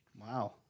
Wow